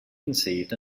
conceived